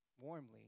warmly